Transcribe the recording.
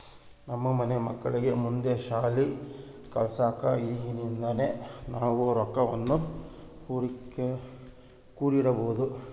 ನಮ್ಮ ಮನೆ ಮಕ್ಕಳಿಗೆ ಮುಂದೆ ಶಾಲಿ ಕಲ್ಸಕ ಈಗಿಂದನೇ ನಾವು ರೊಕ್ವನ್ನು ಕೂಡಿಡಬೋದು